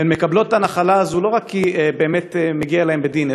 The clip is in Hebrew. והן מקבלות את הנחלה הזאת לא רק כי באמת מגיע להן בדין,